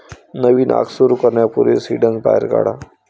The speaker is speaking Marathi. नवीन आग सुरू करण्यापूर्वी सिंडर्स बाहेर काढा